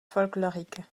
folklorique